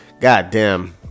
goddamn